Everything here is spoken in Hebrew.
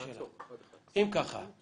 אם ככה,